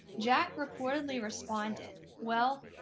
jack reportedly responded well,